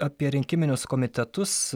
apie rinkiminius komitetus